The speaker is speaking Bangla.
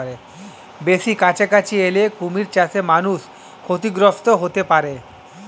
বেশি কাছাকাছি এলে কুমির চাষে মানুষ ক্ষতিগ্রস্ত হতে পারে